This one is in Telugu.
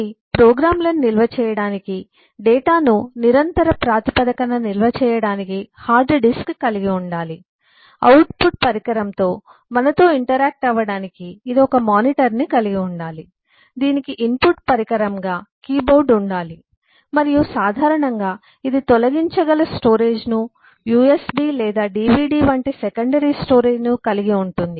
ఇది ప్రోగ్రామ్లను నిల్వ చేయడానికి డేటాను నిరంతర ప్రాతిపదికన నిల్వ చేయడానికి హార్డ్ డిస్క్ కలిగి ఉండాలి అవుట్పుట్ పరికరంతో మనతో ఇంటరాక్ట్ అవ్వడానికి ఇది ఒక మానిటర్ ని కలిగి ఉండాలి దీనికి ఇన్పుట్ పరికరంగా కీబోర్డ్ ఉండాలి మరియు సాధారణంగా ఇది తొలగించగల స్టోరేజ్ ను usb లేదా DVD వంటి సెకండరీ స్టోరేజ్ కలిగి ఉంటుంది